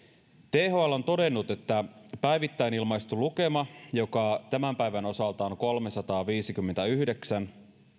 thl on todennut että päivittäin ilmaistu lukema joka tämän päivän osalta on kolmesataaviisikymmentäyhdeksän